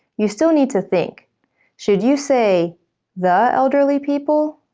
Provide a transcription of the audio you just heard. you still need to think should you say the elderly people?